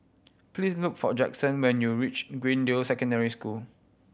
please look for Jaxson when you reach Greendale Secondary School